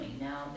now